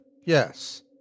yes